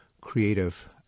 creative